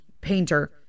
painter